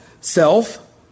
Self